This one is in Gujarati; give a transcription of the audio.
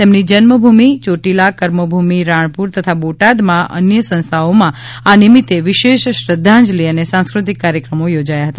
તેમની જન્મભૂમિ ચોટિલા કર્મભૂમિ રાણપુર તથા બોટાદમાં અન્ય સંસ્થાઓમાં આ નિમિત્તે વિશેષ શ્રદ્ધાંજલિ અને સાંસ્ક્રતિક કાર્યક્રમો યોજાયા હતા